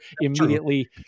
Immediately